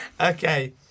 Okay